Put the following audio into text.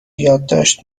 یادداشت